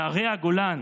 מהרי הגולן